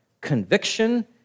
conviction